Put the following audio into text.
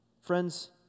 Friends